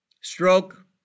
stroke